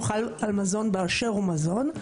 הוא חל על מזון באשר הוא מזון.